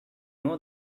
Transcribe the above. know